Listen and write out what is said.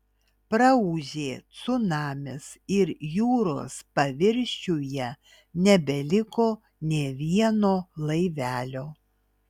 praūžė cunamis ir jūros paviršiuje nebeliko nė vieno laivelio